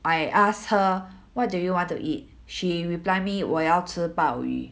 I ask her what do you want to eat she reply me 我要吃鲍鱼